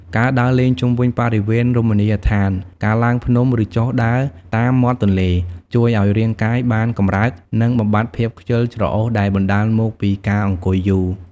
ការដើរលេងជុំវិញបរិវេណរមណីយដ្ឋាន ការឡើងភ្នំឬចុះដើរតាមមាត់ទន្លេ ជួយឲ្យរាងកាយបានកម្រើកនិងបំបាត់ភាពខ្ជិលច្រអូសដែលបណ្តាលមកពីការអង្គុយយូរ។